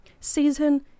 Season